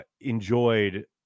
enjoyed